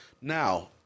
Now